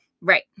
Right